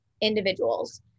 individuals